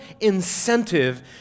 incentive